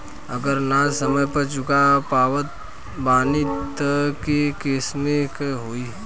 अगर ना समय पर चुका पावत बानी तब के केसमे का होई?